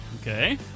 Okay